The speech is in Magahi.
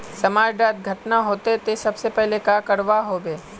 समाज डात घटना होते ते सबसे पहले का करवा होबे?